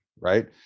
right